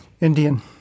Indian